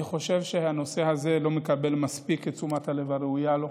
אני חושב שהנושא הזה לא מקבל מספיק את תשומת הלב הראויה לו.